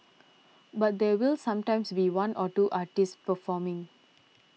but there will sometimes be one or two artists performing